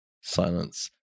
Silence